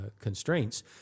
constraints